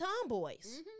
tomboys